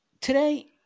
today